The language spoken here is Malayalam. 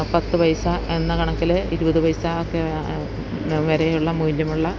പത്ത് പൈസ എന്ന കണക്കിൽ ഇരുപത് പൈസ ഒക്കെ വരെയുള്ള മൂല്യമുള്ള